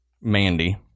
Mandy